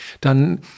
dann